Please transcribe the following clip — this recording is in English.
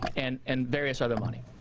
and and various other money.